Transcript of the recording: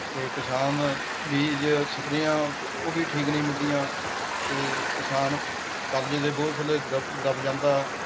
ਅਤੇ ਕਿਸਾਨ ਬੀਜ਼ ਸਪਰੇਹਾਂ ਉਹ ਵੀ ਠੀਕ ਨਹੀਂ ਮਿਲਦੀਆਂ ਅਤੇ ਕਿਸਾਨ ਕਰਜ਼ੇ ਦੇ ਬੋਝ ਥੱਲੇ ਦ ਦੱਬ ਜਾਂਦਾ ਹੈ